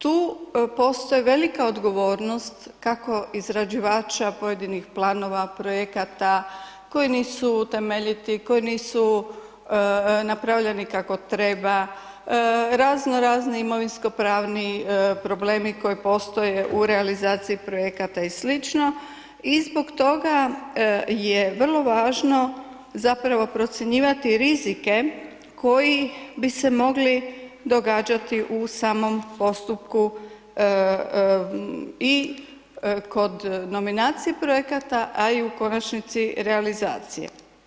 Tu postoji velika odgovornost kako izrađivača pojedinih planova, projekata koji nisu temeljiti, koji nisu napravljeni kako treba, razno razni imovinsko pravni problemi koji postoje u realizaciji projekata i sl. i zbog toga je vrlo važno zapravo procjenjivati rizike koji bi se mogli događati u samom postupku i kod nominacije projekata, a i u konačnici realizacije.